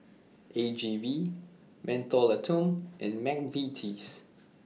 A G V Mentholatum and Mcvitie's